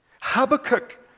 Habakkuk